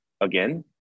again